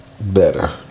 better